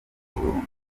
burundu